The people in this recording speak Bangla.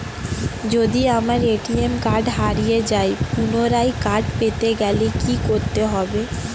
যদি আমার এ.টি.এম কার্ড হারিয়ে যায় পুনরায় কার্ড পেতে গেলে কি করতে হবে?